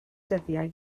dyddiau